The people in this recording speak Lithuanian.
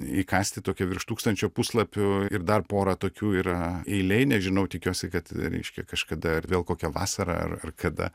įkąsti tokią virš tūkstančio puslapių ir dar porą tokių yra eilėj nežinau tikiuosi kad reiškia kažkada ar vėl kokią vasarą ar ar kada